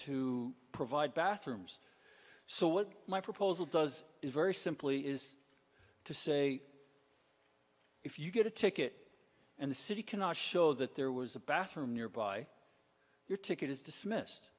to provide bathrooms so what my proposal does is very simply is to say if you get a ticket and the city cannot show that there was a bathroom nearby your ticket is dismissed